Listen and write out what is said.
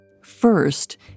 First